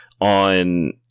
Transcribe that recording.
on